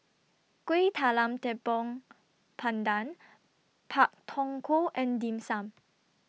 Kueh Talam Tepong Pandan Pak Thong Ko and Dim Sum